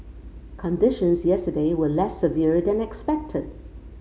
conditions yesterday were less severe than expected